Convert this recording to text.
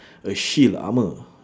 a shield armour